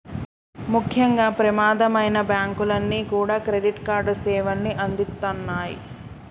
ముఖ్యంగా ప్రమాదమైనా బ్యేంకులన్నీ కూడా క్రెడిట్ కార్డు సేవల్ని అందిత్తన్నాయి